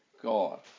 god